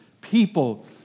people